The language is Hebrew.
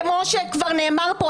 כמו שכבר נאמר כאן,